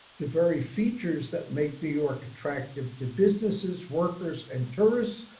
the very features that make new york attractive to businesses, workers and tourists,